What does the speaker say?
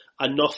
enough